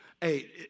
Hey